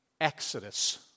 Exodus